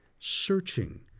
searching